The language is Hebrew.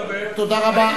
תודה רבה.